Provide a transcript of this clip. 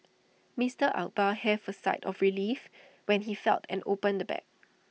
Mister Akbar heaved A sigh of relief when he felt and opened the bag